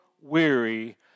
weary